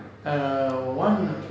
err one